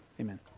amen